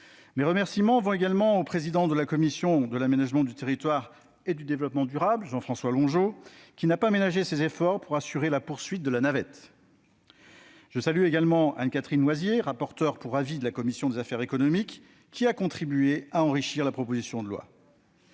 Mes remerciements vont également au président de la commission de l'aménagement du territoire et du développement durable, Jean-François Longeot, qui n'a pas ménagé ses efforts pour assurer la poursuite de la navette. Je salue également Anne-Catherine Loisier, rapporteure pour avis de la commission des affaires économiques, qui a contribué à enrichir la proposition de loi.